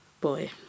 Boy